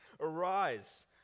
Arise